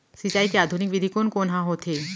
सिंचाई के आधुनिक विधि कोन कोन ह होथे?